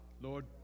Lord